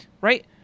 right